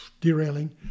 derailing